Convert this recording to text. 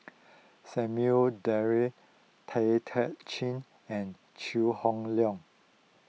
Samuel Dyer Tay Chin and Chew Hock Leong